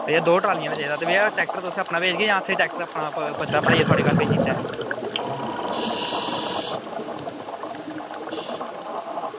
भैया ट्रैक्टर अपना भेजगे जां ट्रैक्टर भराइयै तुंदे भेजी ओड़चै